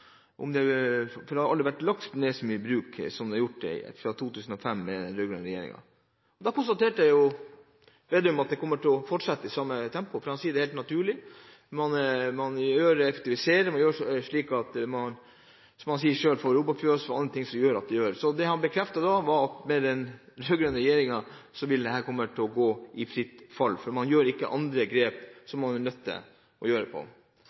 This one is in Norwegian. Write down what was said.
om nedlagte bruk, for det har aldri vært lagt ned så mange bruk som det har vært gjort fra 2005, under den rød-grønne regjeringen. Da konstaterte jo Slagsvold Vedum at dette kommer til å fortsette i samme tempo, for han sier at det er helt naturlig, at man må effektivisere, osv. Så det han bekreftet da, var at med den rød-grønne regjeringen vil dette være i fritt fall, for man gjør ikke andre grep som man er nødt til å gjøre.